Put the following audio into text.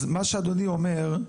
אז מה שאדוני אומר,